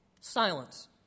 silence